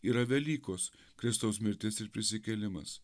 yra velykos kristaus mirtis ir prisikėlimas